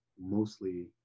mostly